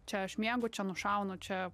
čia aš miegu čia nušaunu čia